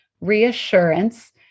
reassurance